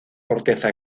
corteza